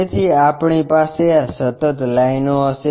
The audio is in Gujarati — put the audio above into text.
તેથી આપણી પાસે આં સતત લાઇનો હશે